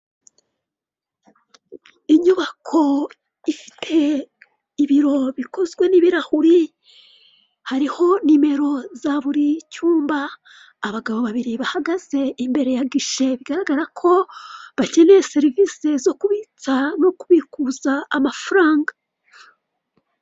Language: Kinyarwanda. Inyubako ifite ibiro bikozwe n'ibirahuri hariho nimero za buri cyumba, abagabo babiri bahagaze imbere ya gishe bigaragara ko bakeneye serivisi zo kubitsa no kubikuza amafaranga.